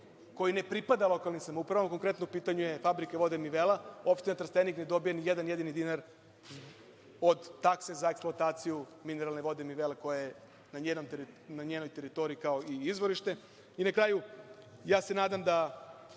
koji ne pripada lokalnim samoupravama, konkretno u pitanju je fabrika vode „Mivela“? Opština Trstenik ne dobija ni jedan jedini dinar od takse za eksploataciju mineralne vode „Mivela“ koja je na njenoj teritoriji, kao i izvorište. Na kraju, nadam se